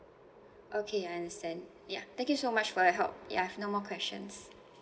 okay I understand yeah thank you so much for your help yeah no more questions